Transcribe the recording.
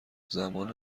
زمان